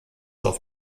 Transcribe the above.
auf